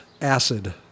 acid